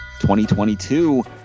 2022